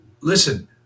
Listen